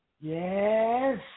Yes